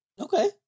okay